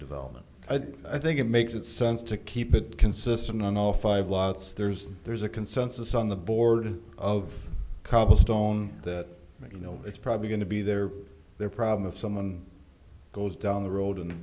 development i think it makes it's sense to keep it consistent on all five lots there's there's a consensus on the board of cobblestone that you know it's probably going to be their their problem if someone goes down the road and